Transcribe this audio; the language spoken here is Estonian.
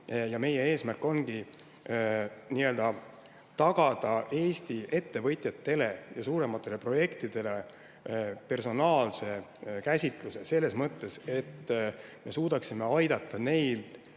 Meie eesmärk on tagada Eesti ettevõtjatele ja suurematele projektidele personaalne käsitlus – selles mõttes, et me suudaksime aidata neil